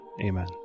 Amen